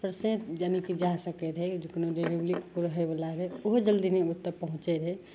patient जेनाकि जा सकै रहै कोनो डिलिवरी ककरो होइवला रहै रहै ओहो जल्दी नहि ओतए पहुँचै रहै